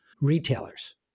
retailers